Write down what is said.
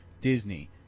Disney